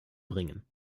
bringen